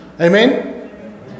Amen